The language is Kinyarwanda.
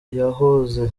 yahoze